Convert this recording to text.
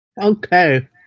Okay